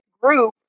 group